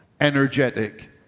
energetic